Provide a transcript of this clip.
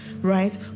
right